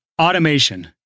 Automation